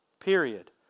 Period